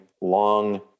long